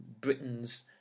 Britain's